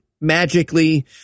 magically